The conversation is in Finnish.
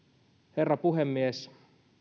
herra puhemies